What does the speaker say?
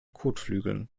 kotflügeln